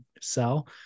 sell